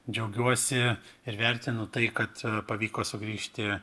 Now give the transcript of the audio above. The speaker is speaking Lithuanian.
džiaugiuosi ir vertinu tai kad pavyko sugrįžti